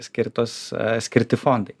skirtos skirti fondai